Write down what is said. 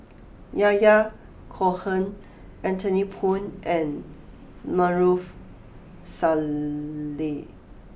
Yahya Cohen Anthony Poon and Maarof Salleh